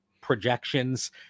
projections